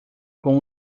com